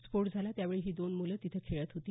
स्फोट झाला त्यावेळी ही दोन मुलं तिथं खेळत होती